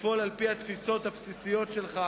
לפעול על-פי התפיסות הבסיסיות שלך